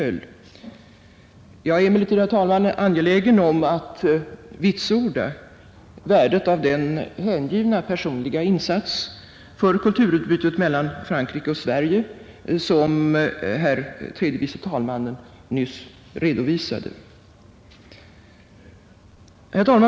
Jag är emellertid, herr talman, angelägen om att först vitsorda värdet av den hängivna personliga insats för kulturutbytet mellan Frankrike och Sverige som herr tredje vice talmannen nyss redovisade.